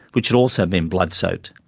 which had also been blood soaked,